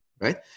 right